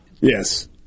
Yes